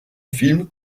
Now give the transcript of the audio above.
film